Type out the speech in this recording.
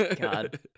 God